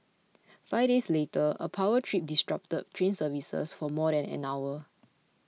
five days later a power trip disrupted train services for more than an hour